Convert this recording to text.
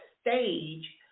stage